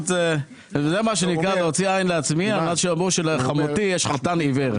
זה מה שנקרא להוציא עין לעצמי על מנת שיאמרו שלחמותי יש חתן עיוור...